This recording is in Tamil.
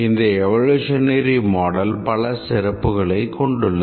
இந்த எவோலோஷனரி மாடல் பல சிறப்புகளை கொண்டுள்ளது